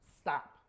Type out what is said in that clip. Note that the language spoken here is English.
stop